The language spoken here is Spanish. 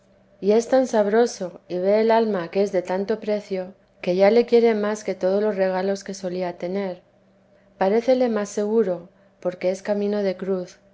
a saxta madre sabroso y ve el alma que es de tanto precio que ya le quiere más que todos los regalos que solía tener parécete más seguro porque es camino de cruz